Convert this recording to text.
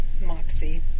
moxie